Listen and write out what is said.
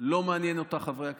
לא מעניינים אותה חברי הכנסת,